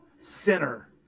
sinner